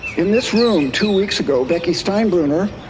in this room two weeks ago, becky steinbrunner,